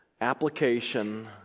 application